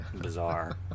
bizarre